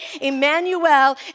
emmanuel